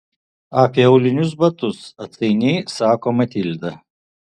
apie aulinius batus atsainiai sako matilda